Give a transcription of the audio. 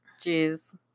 Jeez